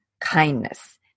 kindness